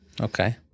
Okay